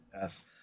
yes